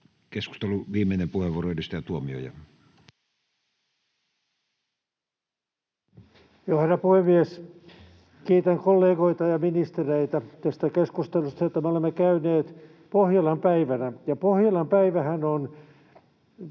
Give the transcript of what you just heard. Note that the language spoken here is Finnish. Keskustelun viimeinen puheenvuoro, Edustaja Tuomioja. Herra puhemies! Kiitän kollegoita ja ministereitä tästä keskustelusta, jota me olemme käyneet Pohjolan päivänä. Pohjolan päivähän on